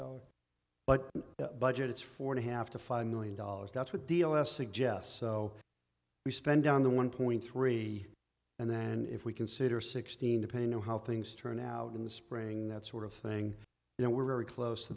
dollars but budget it's four and a half to five million dollars that's with d l s suggest so we spend on the one point three and then if we consider sixteen to pay know how things turn out in the spring that sort of thing you know we're very close to